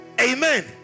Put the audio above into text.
Amen